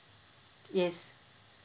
yes